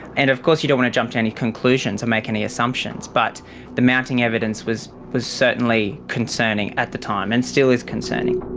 and of course you don't want to jump to any conclusions or make any assumptions. but the mounting evidence was was certainly concerning at the time and still is concerning.